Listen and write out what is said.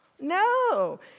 No